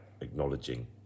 acknowledging